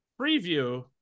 Preview